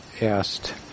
asked